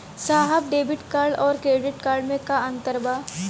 साहब debit card और credit card में का अंतर बा?